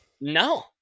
No